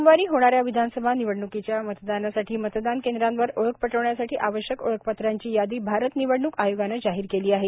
सोमवारी होणाऱ्या विधानसभा निवडणुकीच्या मतदानासाठी मतदान केंद्रावर ओळख पटविण्यासाठी आवश्यक ओळखपत्रांची यादी आरत निवडणूक आयोगाने जाहीर केली आहे